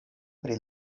pri